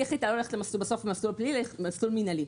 והחליטה לא ללכת למסלול הפלילי אלא למסלול מינהלי.